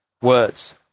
words